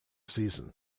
season